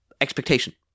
expectation